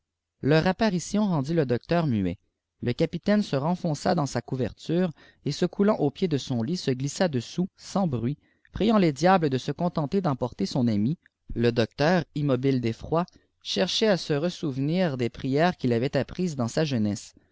leur apparition rendit le docteur muet le capitaine se renfonça dans sa couverture et se coulant au pied de son lit se glissa dessous sans bruit priant les diables de se contenter d'emporter son ami le docteur immobile d'effroi cherchait à se ressouvenir des prières qu'il avait apprises dans sa jeunesse